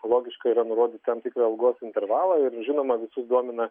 logiška yra nurodyt tam tikrą algos intervalą ir žinoma visus domina